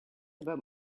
about